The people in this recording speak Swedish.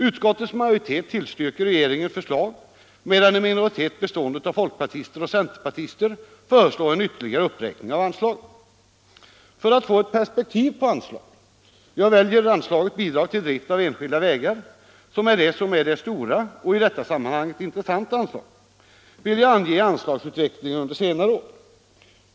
Utskottets majoritet tillstyrker regeringens förslag, medan en minoritet, bestående av folkpartister och cen 101 terpartister, föreslår en ytterligare uppräkning av anslaget. För att få ett perspektiv på frågan vill jag ange anslagsutvecklingen under senare år; jag väljer anslaget Bidrag till drift av enskilda vägar m.m.